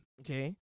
Okay